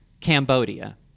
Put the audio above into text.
Cambodia